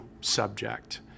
subject